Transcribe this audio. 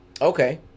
Okay